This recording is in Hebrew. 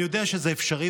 אני יודע שזה אפשרי.